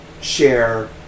share